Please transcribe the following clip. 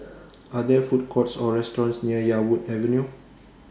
Are There Food Courts Or restaurants near Yarwood Avenue